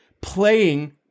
playing